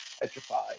petrified